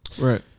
Right